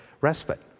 respite